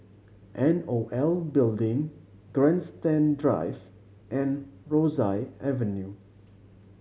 N O L Building Grandstand Drive and Rosyth Avenue